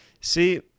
See